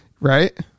Right